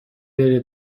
بره